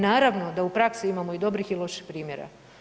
Naravno da u praksi imamo i dobrih i loših primjera.